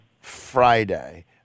Friday